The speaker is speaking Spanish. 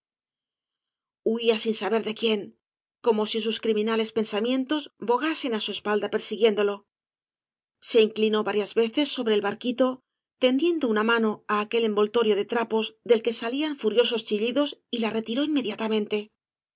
madejas huía sin saber de quién como si sus crimina les pensamientos bogasen á su espalda persiguiéndolo sa inclinó varías veces sobre el barquito tendieudo una mano á aquel envoltorio de trapos del que salían furiosos chillidos y la retiró inmediatamente